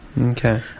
Okay